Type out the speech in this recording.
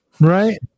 right